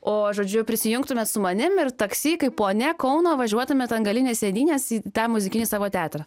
o žodžiu prisijungtumėt su manim ir taksi kaip ponia kauno važiuotumėt ant galinės sėdynės į tą muzikinį savo teatrą